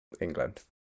England